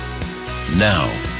Now